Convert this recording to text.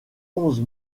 onze